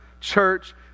church